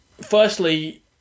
Firstly